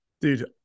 Dude